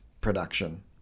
production